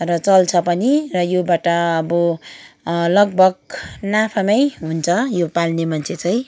र चल्छ पनि र योबाट अब लगभग नाफामै हुन्छ पाल्ने मान्छे चाहिँ